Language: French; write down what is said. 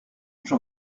j’en